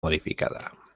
modificada